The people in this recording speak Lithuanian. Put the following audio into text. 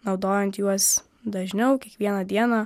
naudojant juos dažniau kiekvieną dieną